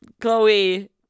Chloe